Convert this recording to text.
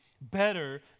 better